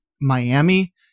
Miami